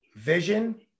Vision